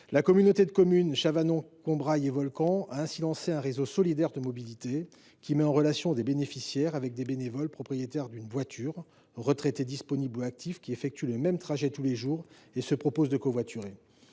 la communauté de communes Chavanon Combrailles et Volcans a ainsi lancé un réseau solidaire de mobilité. Celui ci permet de mettre en relation des bénéficiaires et des bénévoles propriétaires d’une voiture – des retraités disponibles ou des actifs –, qui effectuent le même trajet tous les jours et qui se proposent de covoiturer.